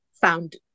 found